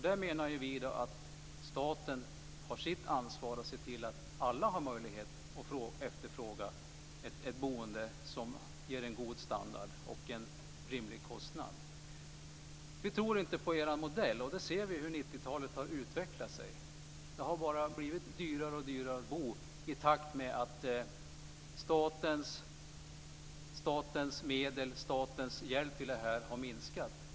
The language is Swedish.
Där menar vi att staten har sitt ansvar att se till att alla har möjlighet att efterfråga ett boende som ger en god standard och en rimlig kostnad. Vi tror inte på er modell. Vi ser hur 90-talet har utvecklats. Det har blivit bara dyrare och dyrare att bo i takt med att statens medel, statens hjälp till detta har minskat.